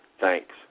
thanks